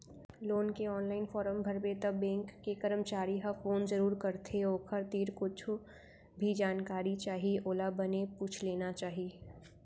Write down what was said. loan के online form भरबे त बेंक के करमचारी ह फोन जरूर करथे ओखर तीर कुछु भी जानकारी चाही ओला बने पूछ लेना चाही